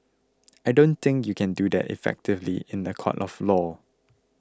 I don't think you can do that effectively in a court of law